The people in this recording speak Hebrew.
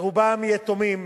רובם יתומים